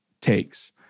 takes